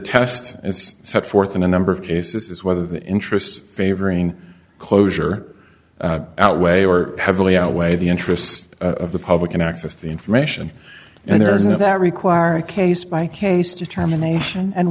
test as set forth in a number of cases is whether the interests favoring closure outweigh or heavily outweigh the interests of the public can access the information and there isn't that require a case by case determination and